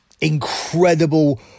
incredible